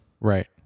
Right